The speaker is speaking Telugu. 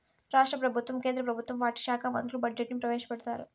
రాష్ట్ర ప్రభుత్వం కేంద్ర ప్రభుత్వం వాటి శాఖా మంత్రులు బడ్జెట్ ని ప్రవేశపెడతారు